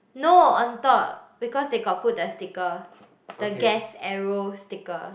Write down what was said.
no on top because they got put the sticker the gas arrow sticker